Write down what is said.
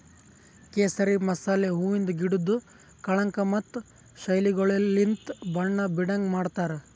ಕೇಸರಿ ಮಸಾಲೆ ಹೂವಿಂದ್ ಗಿಡುದ್ ಕಳಂಕ ಮತ್ತ ಶೈಲಿಗೊಳಲಿಂತ್ ಬಣ್ಣ ಬೀಡಂಗ್ ಮಾಡ್ತಾರ್